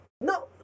no